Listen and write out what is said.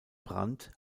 brand